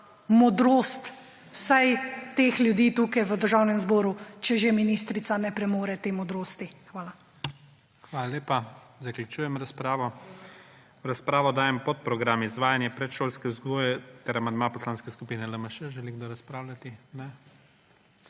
modrost vsaj teh ljudi tukaj v Državnem zboru, če že ministrica ne premore te modrosti. Hvala. PREDSEDNIK IGOR ZORČIČ: Hvala lepa. Zaključujem razpravo. V razpravo dajem podprogram Izvajanje predšolske vzgoje ter amandma Poslanske skupine LMŠ. Želi kdo razpravljati? Ne.